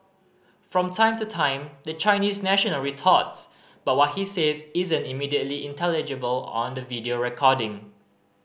from time to time the Chinese national retorts but what he says isn't immediately intelligible on the video recording